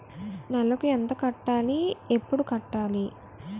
నెలకు ఎంత కట్టాలి? ఎప్పుడు కట్టాలి?